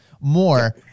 more